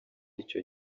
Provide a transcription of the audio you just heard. icyo